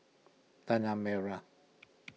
Tanah Merah